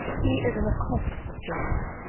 he is an accomplice of jacob!